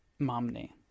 Momney